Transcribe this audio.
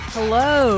Hello